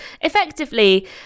effectively